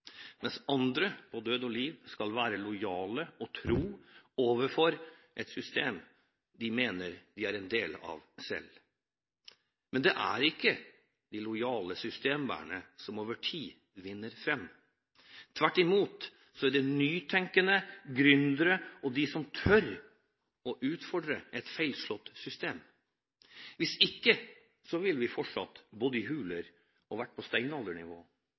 mens andre på død og liv skal være lojale og tro overfor et system de mener de er en del av selv. Men det er ikke de lojale systembærerne som over tid vinner fram, tvert imot er det de nytenkende, gründerne og de som tør å utfordre et feilslått system. Hvis ikke ville vi fortsatt bodd i huler og vært på steinaldernivå.